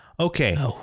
Okay